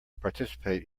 participate